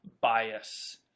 bias